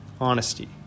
Honesty